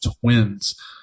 Twins